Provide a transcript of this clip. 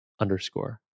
underscore